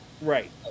right